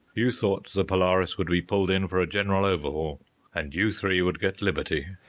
you thought the polaris would be pulled in for a general overhaul and you three would get liberty.